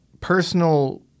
personal